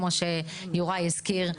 כמו שיוראי הזכיר,